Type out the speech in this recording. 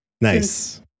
Nice